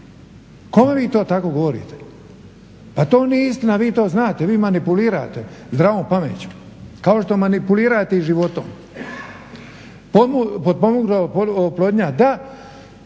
Kome vi to tako govorite? Pa to nije istina, vi to znate. Vi manipulirate zdravom pameću kao što manipulirate i životom. Potpomognuta oplodnja da,